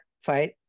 fight